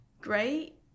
great